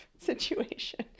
situation